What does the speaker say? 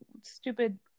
stupid